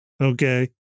Okay